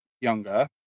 younger